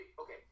okay